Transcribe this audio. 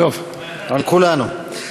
על כולנו.